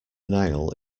nile